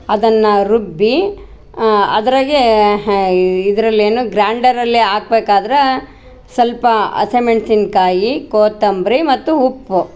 ಅದನ್ನ ರುಬ್ಬಿ ಅದ್ರಗೆ ಹೇ ಇದರಲ್ಲೇನೋ ಗ್ರ್ಯಾಂಡರಲ್ಲೆ ಹಾಕ್ಬೇಕಾದ್ರೆ ಸ್ವಲ್ಪ ಹಸಿಮೆಣ್ಸಿನ್ ಕಾಯಿ ಕೋತಂಬರಿ ಮತ್ತು ಉಪ್ಪು